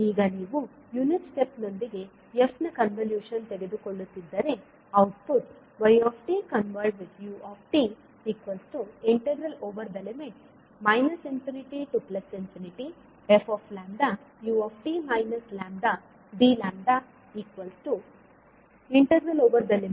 ಈಗ ನೀವು unit step ನೊಂದಿಗೆ f ನ ಕನ್ವಲೂಶನ್ ತೆಗೆದುಕೊಳ್ಳುತ್ತಿದ್ದರೆ output fu ∞fλut λdλ ∞tfλdλ